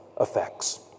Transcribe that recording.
effects